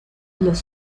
los